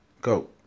Go